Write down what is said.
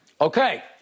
Okay